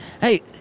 Hey